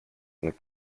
and